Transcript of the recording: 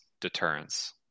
deterrence